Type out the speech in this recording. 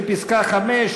לפסקה (5),